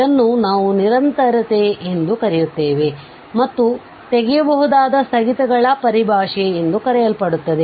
ಇದನ್ನು ನಾವು ನಿರಂತರತೆಎಂದು ಕರೆಯುತ್ತೇವೆ ಮತ್ತು ತೆಗೆಯಬಹುದಾದ ಸ್ಥಗಿತಗಳ ಪರಿಭಾಷೆ ಎಂದು ಕರೆಯಲ್ಪಡುತ್ತದೆ